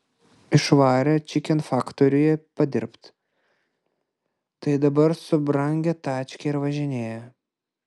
išvarė čikenfaktoriuje padirbt tai dabar su brangia tačke ir važinėja